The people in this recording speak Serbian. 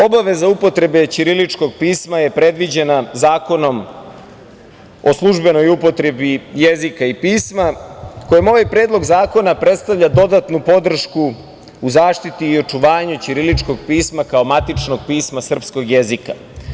Obaveza upotrebe ćiriličkog pisma je predviđena Zakonom o službenoj upotrebi jezika i pisma kojim ovaj predlog zakona predstavlja dodatnu podršku u zaštiti i očuvanju ćiriličkog pisma kao matičnog pisma srpskog jezika.